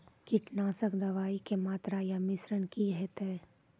कीटनासक दवाई के मात्रा या मिश्रण की हेते?